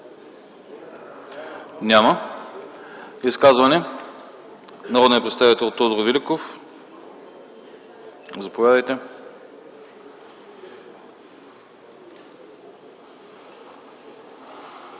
за изказване народният представител Тодор Великов. Заповядайте.